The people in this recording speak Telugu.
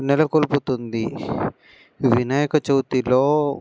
నెలకొల్పుతుంది వినాయక చవితిలో